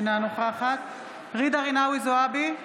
אינה נוכחת ג'ידא רינאוי זועבי,